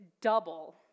double